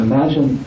Imagine